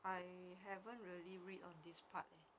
I haven't really read on this part